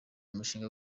umushinga